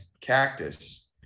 cactus